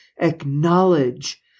acknowledge